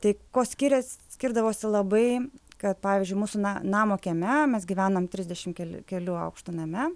tai kuo skirias skirdavosi labai kad pavyzdžiui mūsų namo kieme mes gyvenam trisdešim keli kelių aukštų name